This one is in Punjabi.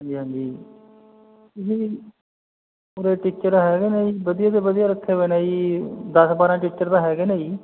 ਹਾਂਜੀ ਹਾਂਜੀ ਜੀ ਉਰੇ ਟੀਚਰ ਹੈਗੇ ਨੇ ਜੀ ਵਧੀਆ ਤੋਂ ਵਧੀਆ ਰੱਖੇ ਵੇ ਨੇ ਜੀ ਦਸ ਬਾਰਾਂ ਟੀਚਰ ਤਾਂ ਹੈਗੇ ਨੇ ਜੀ